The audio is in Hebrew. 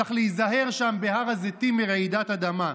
צריך להיזהר שם בהר הזיתים מרעידת אדמה.